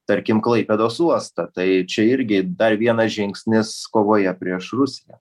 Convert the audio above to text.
tarkim klaipėdos uostą tai čia irgi dar vienas žingsnis kovoje prieš rusiją